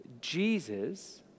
Jesus